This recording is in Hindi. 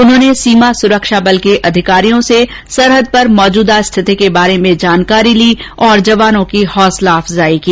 उन्होंने सीमा सुरक्षा बल के अधिकारियों से सरहद पर मौजूदा स्थितियों के बारे में जानकारी ली और जवानों की हौसला अफज़ाई की